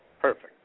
Perfect